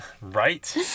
Right